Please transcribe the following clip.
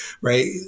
Right